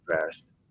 fast